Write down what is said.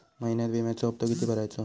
महिन्यात विम्याचो हप्तो किती भरायचो?